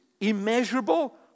immeasurable